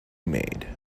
made